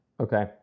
Okay